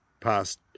past